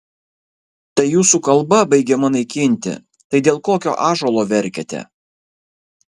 tai jūsų kalba baigiama naikinti tai dėl kokio ąžuolo verkiate